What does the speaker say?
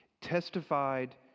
Testified